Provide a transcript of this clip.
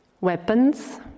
Weapons